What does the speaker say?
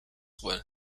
well